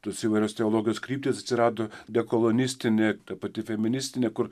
tos įvairios teologijos kryptis atsirado dekolonistinė ta pati feministinė kur